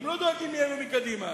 הם לא דואגים לאלה מקדימה.